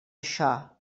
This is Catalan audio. això